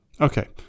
Okay